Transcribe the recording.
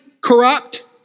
corrupt